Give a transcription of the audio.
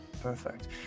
perfect